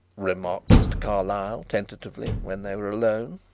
remarked mr. carlyle tentatively when they were alone.